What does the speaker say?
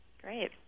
Great